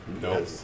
No